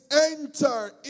enter